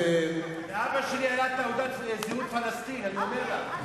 לאבא שלי היתה תעודת זהות, "פלסטין", אני אומר לה.